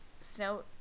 Snow